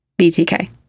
BTK